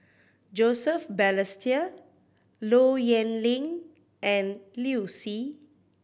Joseph Balestier Low Yen Ling and Liu Si